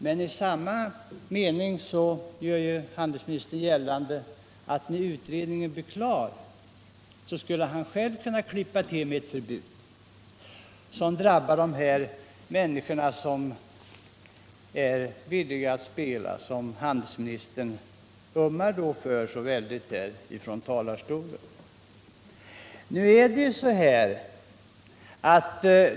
Men i samma mening gör ju handelsministern gällande att när utredningen blir klar skulle han själv kunna klippa till med ett förbud, som drabbar dessa människor som är villiga att spela och som handelsministern här i talarstolen ömmar så mycket för.